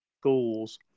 schools